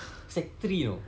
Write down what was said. sec three you know